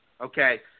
Okay